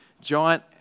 giant